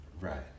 Right